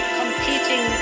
competing